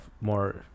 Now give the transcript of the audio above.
more